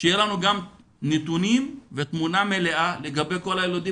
שיהיה לנו גם נתונים ותמונה מלאה לגבי כל הילדים